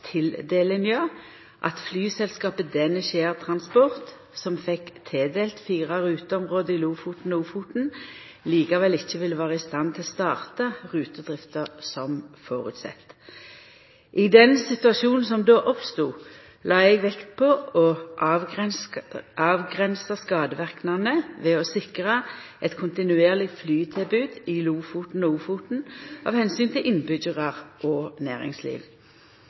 at flyselskapet Danish Air Transport, som fekk tildelt fire ruteområde i Lofoten og Ofoten, likevel ikkje ville vera i stand til å starta rutedrifta på dei føresette vilkåra. I situasjonen som då oppstod, la eg vekt på å avgrensa skadeverknadene ved å sikra eit kontinuerleg flytilbod i Lofoten og Ofoten av omsyn til innbyggjarar og næringsliv.